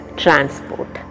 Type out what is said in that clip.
transport